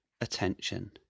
attention